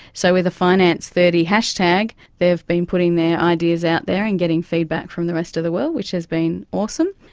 so with a finance thirty hashtag they have been putting their ideas out there and getting feedback from the rest of the world, which has been awesome.